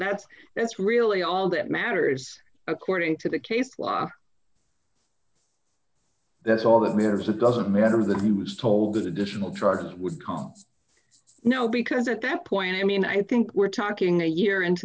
that's that's really all that matters according to the case law that's all that matters it doesn't matter that he was told that additional truck would cost no because at that point i mean i think we're talking a year into